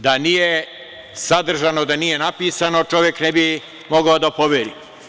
Da nije sadržano, da nije napisano, čovek ne bi mogao da poveruje.